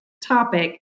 topic